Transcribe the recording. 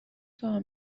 کار